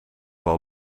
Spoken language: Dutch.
wel